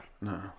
No